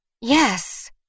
Yes